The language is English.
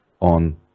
on